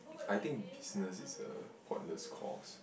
I think business is a portless course